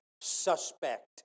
suspect